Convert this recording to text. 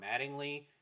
Mattingly